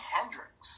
Hendrix